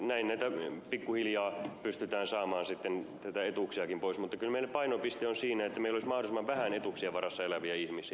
näin pikkuhiljaa pystytään saamaan sitten näitä etuuksiakin korotettua mutta kyllä meidän painopisteemme on siinä että meillä olisi mahdollisimman vähän etuuksien varassa eläviä ihmisiä